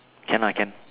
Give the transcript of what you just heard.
can I can